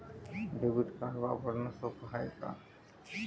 Debit card वापरणं सोप हाय का?